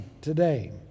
today